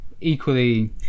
equally